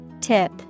Tip